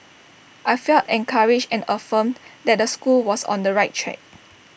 I felt encouraged and affirmed that the school was on the right track